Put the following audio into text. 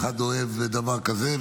שאחד אוהב דבר כזה,